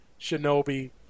Shinobi